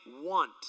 want